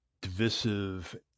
divisive